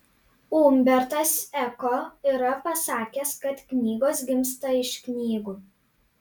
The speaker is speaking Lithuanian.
umbertas eko yra pasakęs kad knygos gimsta iš knygų